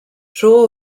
rho